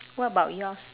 what about yours